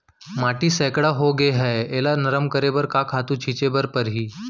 माटी सैकड़ा होगे है एला नरम करे बर का खातू छिंचे ल परहि?